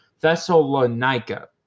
Thessalonica